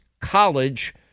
college